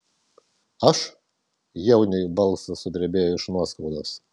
aš jauniui balsas sudrebėjo iš nuoskaudos